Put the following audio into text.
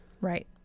Right